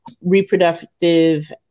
reproductive